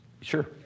Sure